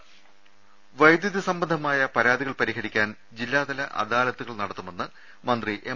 ദർവ്വെടു വൈദ്യുതി സംബന്ധമായ പരാതികൾ പരിഹരിക്കാൻ ജില്ലാതല അദാ ലത്തുകൾ നടത്തുമെന്ന് മന്ത്രി എം